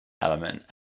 element